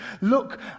Look